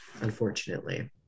unfortunately